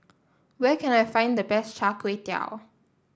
where can I find the best Char Kway Teow